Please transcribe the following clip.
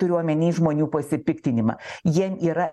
turiu omeny žmonių pasipiktinimą jie yra